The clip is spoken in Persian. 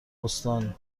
استان